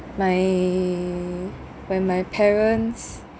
my when my parents